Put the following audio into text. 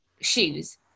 shoes